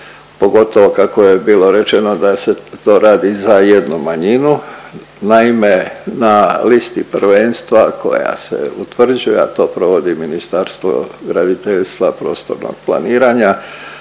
pogotovo kako je bilo rečeno da se to radi za jednu manjinu. Naime, na listi prvenstva koja se utvrđuje, a to provodi Ministarstvo graditeljstva i prostornog planiranja,